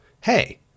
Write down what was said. Hey